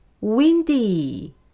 Windy